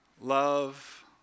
love